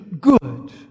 good